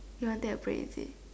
you want take a break is it